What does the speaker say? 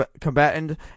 combatant